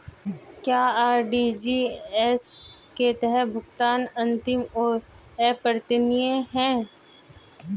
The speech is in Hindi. क्या आर.टी.जी.एस के तहत भुगतान अंतिम और अपरिवर्तनीय है?